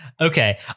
Okay